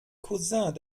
cousin